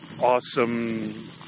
awesome